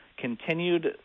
continued